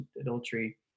adultery